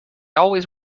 always